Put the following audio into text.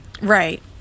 right